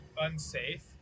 unsafe